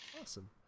Awesome